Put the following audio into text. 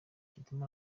kidumu